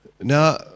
Now